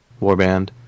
warband